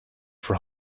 for